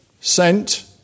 sent